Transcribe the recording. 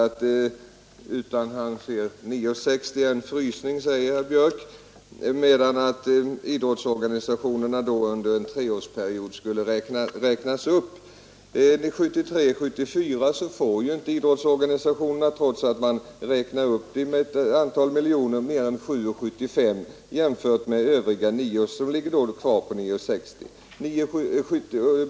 Beloppet 9:60 är en frysning sade herr Björk och menade att beloppet skall räknas upp under en treårsperiod. Under 1973/74 får idrottsorganisationerna, trots att man räknar upp anslaget med ett antal miljoner kronor, inte mer än kronor 7:75, medan anslaget till övriga ungdomsorganisationer ligger kvar på kronor 9:60.